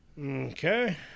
okay